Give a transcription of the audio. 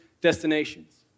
destinations